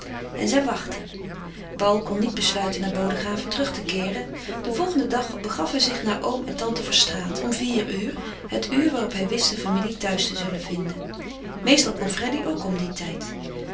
en zij wachtte paul kon niet besluiten naar bodegraven terug te keeren den volgenden dag begaf hij zich naar oom en tante verstraeten om vier uur het uur waarop hij wist de familie thuis te zullen vinden meestal kwam freddy ook om dien tijd